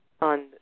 on